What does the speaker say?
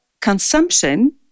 consumption